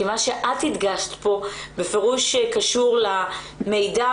כי מה שאת הדגשת פה בפירוש קשור למידע